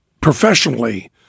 professionally